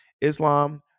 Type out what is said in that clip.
Islam